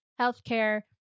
healthcare